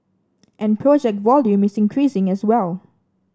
and project volume is increasing as well